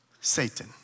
Satan